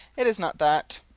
it is not that.